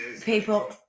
people